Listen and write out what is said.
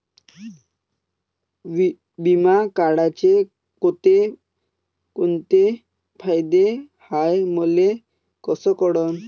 बिमा काढाचे कोंते फायदे हाय मले कस कळन?